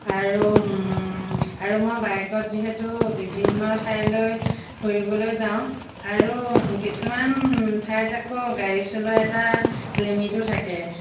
আৰু আৰু মই বাইকত যিহেতু বিভিন্ন ঠাইলৈ ফুৰিবলৈ যাওঁ আৰু কিছুমান ঠাইত আকৌ গাড়ী চলোৱা এটা লিমিটো থাকে